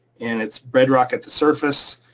and its bedrock at the surface.